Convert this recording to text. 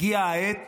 הגיעה העת